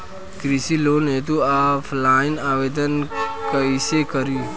कृषि लोन हेतू ऑफलाइन आवेदन कइसे करि?